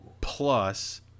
plus